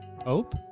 hope